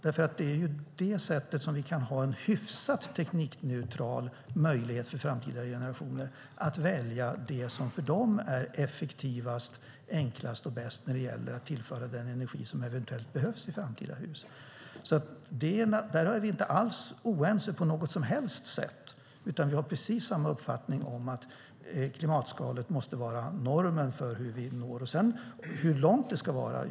Det är ju på det sättet som vi kan ha en hyfsat teknikneutral möjlighet för framtida generationer att välja det som för dem är effektivast, enklast och bäst när det gäller att tillföra den energi som eventuellt behövs i framtida hus. Där är vi inte alls oense på något som helst sätt. Vi har precis samma uppfattning om att klimatskalet måste vara normen. Sedan är frågan hur långt man ska gå.